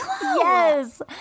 Yes